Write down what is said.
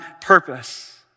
purpose